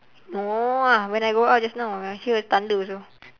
no ah when I go out just now I hear the thunder also